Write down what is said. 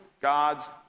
God's